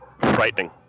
frightening